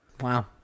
Wow